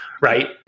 right